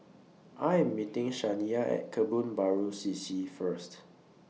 I Am meeting Shaniya At Kebun Baru C C First